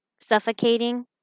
suffocating